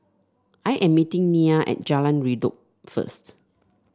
I am meeting Nia at Jalan Redop first